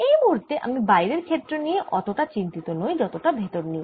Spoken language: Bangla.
এই মুহুর্তে আমি বাইরের ক্ষেত্র নিয়ে অতটা চিন্তিত নই যতটা ভেতর নিয়ে